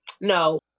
No